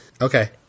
Okay